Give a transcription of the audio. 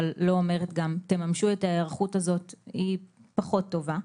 אבל לא אומרת תממשו את ההיערכות הזאת היא פחות טובה.